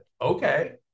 Okay